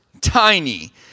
tiny